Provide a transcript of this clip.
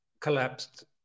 collapsed